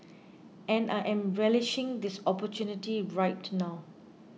and I am relishing this opportunity right now